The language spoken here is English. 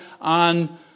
on